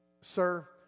Sir